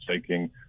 taking